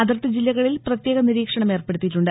അതിർത്തി ജില്ലകളിൽ പ്രത്യേക നിരീക്ഷണം ഏർപ്പെടുത്തിയിട്ടുണ്ട്